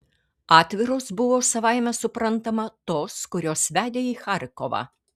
atviros buvo savaime suprantama tos kurios vedė į charkovą